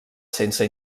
sense